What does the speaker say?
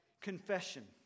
confession